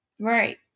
Right